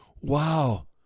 Wow